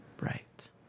Right